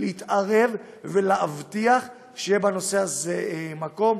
להתערב ולהבטיח שיהיה בנושא הזה מקום.